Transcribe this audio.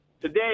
Today